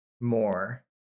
more